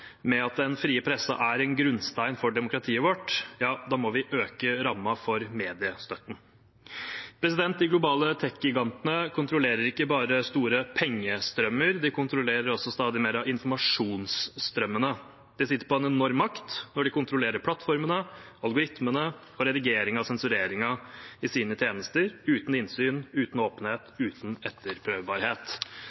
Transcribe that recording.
med at den frie pressen er en grunnstein for demokratiet vårt, må vi øke rammen for mediestøtten. De globale tekgigantene kontrollerer ikke bare store pengestrømmer; de kontrollerer også stadig mer av informasjonsstrømmene. De sitter på en enorm makt når de kontrollerer plattformene, algoritmene, redigeringen og sensureringen i sine tjenester – uten innsyn, uten åpenhet,